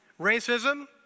Racism